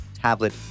Tablet